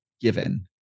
given